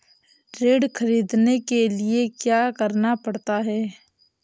ऋण ख़रीदने के लिए क्या करना पड़ता है?